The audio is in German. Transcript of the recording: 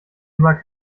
immer